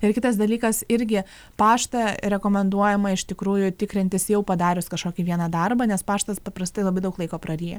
ir kitas dalykas irgi paštą rekomenduojama iš tikrųjų tikrintis jau padarius kažkokį vieną darbą nes paštas paprastai labai daug laiko praryja